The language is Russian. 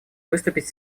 выступить